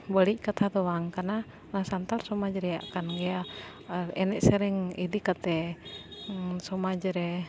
ᱵᱟᱹᱲᱤᱡ ᱠᱟᱛᱷᱟ ᱫᱚ ᱵᱟᱝ ᱠᱟᱱᱟ ᱚᱱᱟ ᱥᱟᱱᱛᱟᱲ ᱥᱚᱢᱟᱡᱽ ᱨᱮᱭᱟᱜ ᱠᱟᱱ ᱜᱮᱭᱟ ᱟᱨ ᱮᱱᱮᱡ ᱥᱮᱨᱮᱧ ᱤᱫᱤ ᱠᱟᱛᱮᱜ ᱥᱚᱢᱟᱡᱽ ᱨᱮ